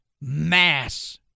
mass